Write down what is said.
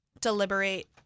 deliberate